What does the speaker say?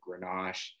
Grenache